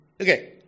Okay